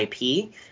IP